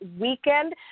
weekend